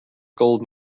gold